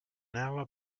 hour